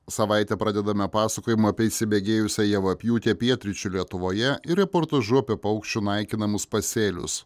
savaitę pradedame pasakojimu apie įsibėgėjusią javapjūtę pietryčių lietuvoje ir reportažu apie paukščių naikinamus pasėlius